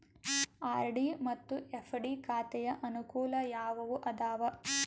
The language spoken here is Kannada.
ಆರ್.ಡಿ ಮತ್ತು ಎಫ್.ಡಿ ಖಾತೆಯ ಅನುಕೂಲ ಯಾವುವು ಅದಾವ?